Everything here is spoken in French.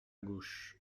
gauche